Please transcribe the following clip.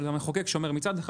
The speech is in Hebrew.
של המחוקק שאומר שמצד אחד,